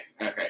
okay